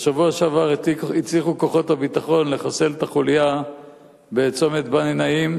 בשבוע שעבר הצליחו כוחות הביטחון לחסל את החוליה מצומת בני-נעים,